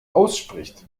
ausspricht